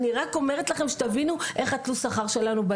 אני רק אומרת לכם כדי שתבינו איך בנוי תלוש השכר שלנו.